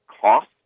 cost